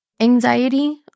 anxiety